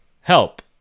Help